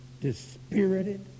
dispirited